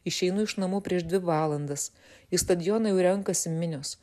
išeinu iš namų prieš dvi valandas į stadioną jau renkasi minios